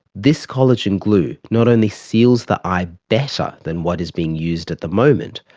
this collagen glue not only seals the eye better than what is being used at the moment,